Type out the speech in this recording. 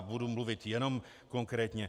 Budu mluvit jenom konkrétně.